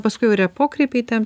paskui jau yra pokrypiai tam